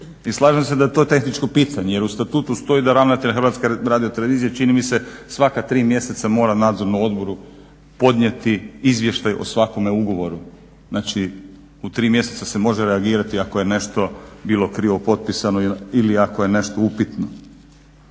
slažem se da je to tehničko pitanje jer u statutu stoji da ravnatelj HTZ-a čini mi se svaka tri mjeseca mora nadzornom odboru podnijeti izvještaj o svakome ugovoru, znači u tri mjeseca se može reagirati ako je nešto bilo krivo potpisano i ako je nešto upitno.